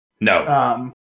No